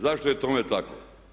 Zašto je tome tako?